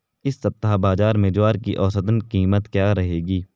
इस सप्ताह बाज़ार में ज्वार की औसतन कीमत क्या रहेगी?